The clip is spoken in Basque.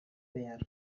behar